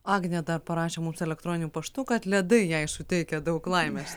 agnė dar parašė mums elektroniniu paštu kad ledai jai suteikia daug laimės